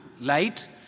light